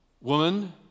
Woman